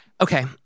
Okay